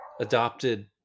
adopted